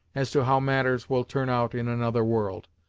as to how matters will turn out in another world.